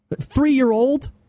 Three-year-old